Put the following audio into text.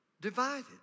divided